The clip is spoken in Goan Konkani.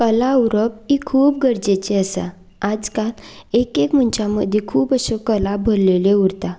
कला उरप ही खूब गरजेची आसा आयज काल एक एक मनशा मदीं खूब अशो कला भरिल्ल्यो उरता